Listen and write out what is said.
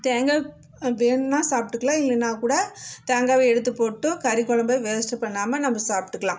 தேங்காய் வேணுன்னால் சாப்பிட்டுக்கலாம் இல்லைனா கூட தேங்காவை எடுத்துப் போட்டு கறிக்குழம்ப வேஸ்ட் பண்ணாமல் நம்ம சாப்பிட்டுக்குலாம்